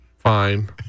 fine